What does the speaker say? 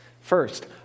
First